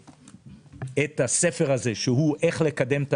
את הספר איך לקדם את